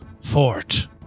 fort